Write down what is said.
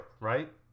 right